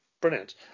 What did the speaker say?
brilliant